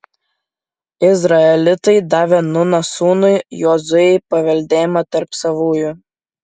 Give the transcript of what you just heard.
izraelitai davė nūno sūnui jozuei paveldėjimą tarp savųjų